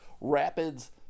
Rapids